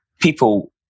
people